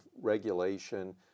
regulation